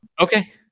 Okay